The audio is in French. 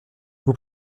vous